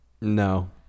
No